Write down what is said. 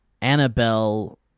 Annabelle